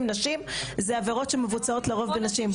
אלה עבירות שמבוצעות לרוב בנשים.